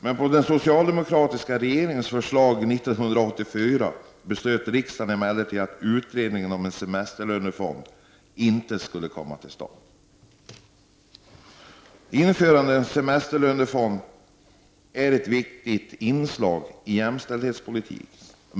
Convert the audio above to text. Men på den socialdemokratiska regeringens förslag hösten 1984 beslöt riksdagen emellertid att en utredning om semesterlönefond inte skulle komma till stånd. Införande av en semesterlönefond är ett viktigt inslag i jämlikhetspolitiken.